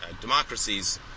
democracies